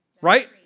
right